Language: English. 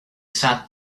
sat